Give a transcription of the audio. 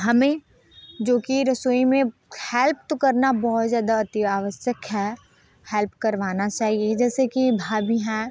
हमें जो कि रसोई में हेल्प तो करना बहुत ज़्यादा अतिआवश्यक है हेल्प करवाना चाहिए जैसे कि भाभी हैं